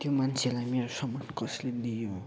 त्यो मान्छेलाई मेरो सामान कसले दियो